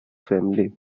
family